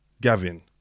Gavin